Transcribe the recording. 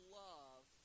love